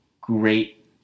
great